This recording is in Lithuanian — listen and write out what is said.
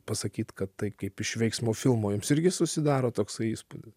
pasakyt kad tai kaip iš veiksmo filmo jums irgi susidaro toksai įspūdi